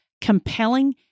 compelling